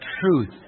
truth